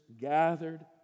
gathered